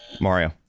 Mario